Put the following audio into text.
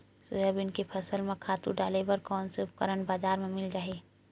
Soybean के फसल म खातु डाले बर कोन से उपकरण बजार म मिल जाहि?